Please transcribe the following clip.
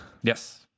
yes